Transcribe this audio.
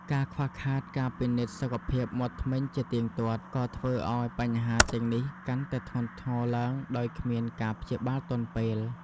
ការខ្វះខាតការពិនិត្យសុខភាពមាត់ធ្មេញជាទៀងទាត់ ក៏ធ្វើឱ្យបញ្ហាទាំងនេះកាន់តែធ្ងន់ធ្ងរឡើងដោយគ្មានការព្យាបាលទាន់ពេល។